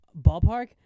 Ballpark